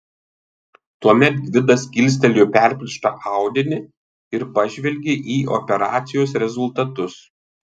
tuomet gvidas kilstelėjo perplėštą audinį ir pažvelgė į operacijos rezultatus